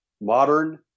Modern